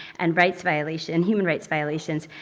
and rights violation, human rights violations,